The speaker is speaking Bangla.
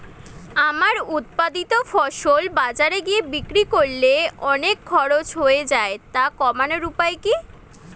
আমার উৎপাদিত ফসল বাজারে গিয়ে বিক্রি করলে অনেক খরচ হয়ে যায় তা কমানোর উপায় কি?